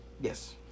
Yes